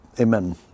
Amen